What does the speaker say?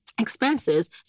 expenses